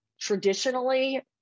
traditionally